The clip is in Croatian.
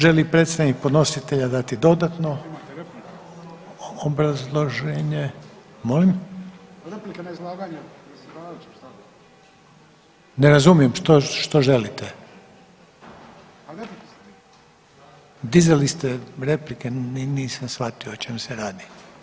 Želi li predstavnika podnositelja dati dodatno obrazloženje? ... [[Upadica se ne čuje.]] Molim? ... [[Upadica se ne čuje.]] Ne razumijem, što želite? ... [[Upadica se ne čuje.]] Dizali ste replike, nisam shvatio, o čemu se radi.